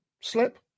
slip